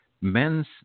men's